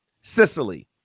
Sicily